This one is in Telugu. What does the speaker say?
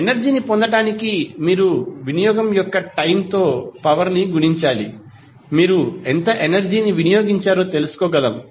ఎనర్జీ ని పొందటానికి మీరు వినియోగం యొక్క టైం తో పవర్ ని గుణించాలి మీరు ఎంత ఎనర్జీ ని వినియోగించారో తెలుసుకోగలం